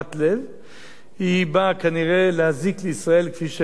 היא באה כנראה להזיק לישראל, כפי שהזיקו קודמותיה.